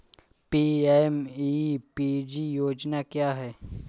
PMEPG योजना क्या है?